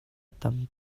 tam